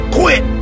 quit